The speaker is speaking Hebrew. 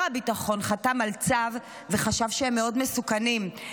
הביטחון חתם על צו וחשב שהם מסוכנים מאוד.